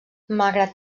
malgrat